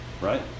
right